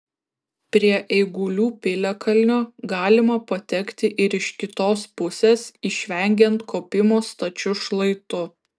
prie eigulių piliakalnio galima patekti ir iš kitos pusės išvengiant kopimo stačiu šlaitu